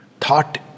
thought